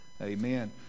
amen